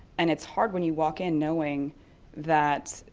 and it's hard when you walk in knowing that,